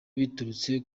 biturutse